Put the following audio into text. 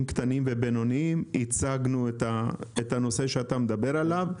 קטנים ובינוניים הצגנו את הנושא שאתה מדבר עליו,